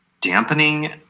dampening